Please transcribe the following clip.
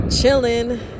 chilling